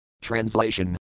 Translation